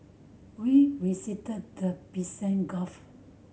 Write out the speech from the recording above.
we visited the Persian Gulf